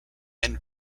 and